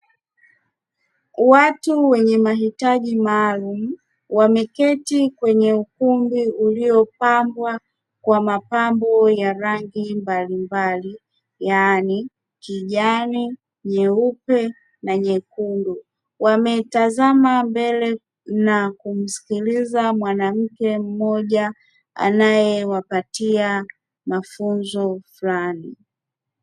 Watu wenye mahitaji maalumu wameketi kwenye ukumbi uliopambwa kwa mapambo ya rangi mbalimbali, yaani: kijani, nyeupe na nyekundu. Wametazama mbele na kumsikiliza mwanamke mmoja anayewapatia mafunzo flani.